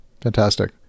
Fantastic